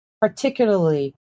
particularly